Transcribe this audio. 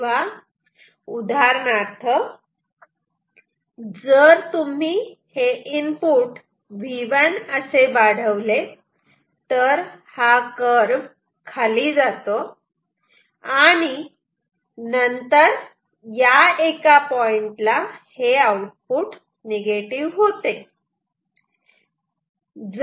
तेव्हा उदाहरणार्थ जर तुम्ही हे इनपुट V1 वाढवले तर हा कर्व खाली जातो आणि नंतर या एका पॉइंटला हे आउटपुट निगेटिव्ह होते